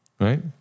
right